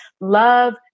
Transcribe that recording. love